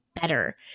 better